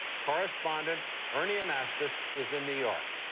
correspondent ernie anastos is in new york.